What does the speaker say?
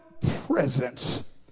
presence